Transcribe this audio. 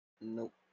Nope